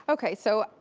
okay, so,